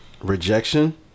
rejection